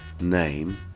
name